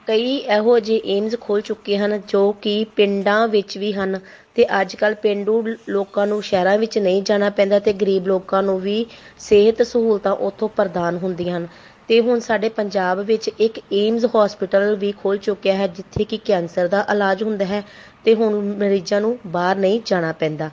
ਕਈ ਇਹੋ ਜਿਹੇ ਏਮਜ਼ ਖੁੱਲ੍ਹ ਚੁੱਕੇ ਹਨ ਜੋ ਕਿ ਪਿੰਡਾਂ ਵਿੱਚ ਵੀ ਹਨ ਅਤੇ ਅੱਜ ਕੱਲ੍ਹ ਪੇਂਡੂ ਲੋਕਾਂ ਨੂੰ ਸ਼ਹਿਰਾਂ ਵਿੱਚ ਨਹੀਂ ਜਾਣਾ ਪੈਂਦਾ ਅਤੇ ਗਰੀਬ ਲੋਕਾਂ ਨੂੰ ਵੀ ਸਿਹਤ ਸਹੂਲਤਾਂ ਉੱਥੋਂ ਪ੍ਰਦਾਨ ਹੁੰਦੀਆਂ ਹਨ ਅਤੇ ਹੁਣ ਸਾਡੇ ਪੰਜਾਬ ਵਿੱਚ ਇੱਕ ਏਮਜ਼ ਹੋਸਪੀਟਲ ਵੀ ਖੁੱਲ੍ਹ ਚੁੱਕਿਆ ਹੈ ਜਿੱਥੇ ਕਿ ਕੈਂਸਰ ਦਾ ਇਲਾਜ ਹੁੰਦਾ ਹੈ ਅਤੇ ਹੁਣ ਮਰੀਜ਼ਾਂ ਨੂੰ ਬਾਹਰ ਨਹੀਂ ਜਾਣਾ ਪੈਂਦਾ